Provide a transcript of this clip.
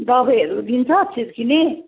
दबाईहरू दिन्छ छर्किने